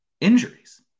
injuries